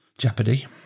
jeopardy